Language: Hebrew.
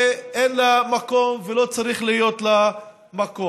שאין לה מקום ולא צריך להיות לה מקום?